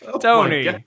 Tony